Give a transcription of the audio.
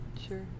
Sure